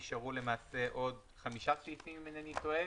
נשארו עוד חמישה סעיפים אם אינני טועה